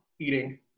eating